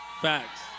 Facts